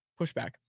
pushback